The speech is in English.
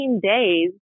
days